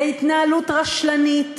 בהתנהלות רשלנית,